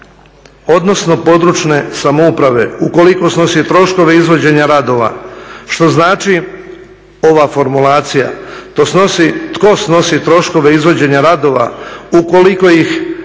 odnosno područne samouprave ukoliko snosi troškove izvođenja radova. Što znači ova formulacija, tko snosi troškove izvođenja radova? Ukoliko ih ne